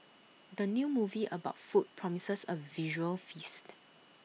the new movie about food promises A visual feast